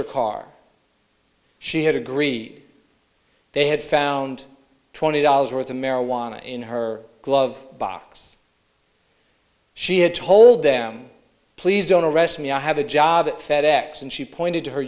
her car she had agreed they had found twenty dollars worth of marijuana in her glove box she had told them please don't arrest me i have a job at fedex and she pointed to her